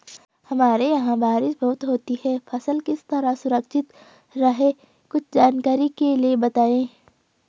हमारे यहाँ बारिश बहुत होती है फसल किस तरह सुरक्षित रहे कुछ जानकारी के लिए बताएँ?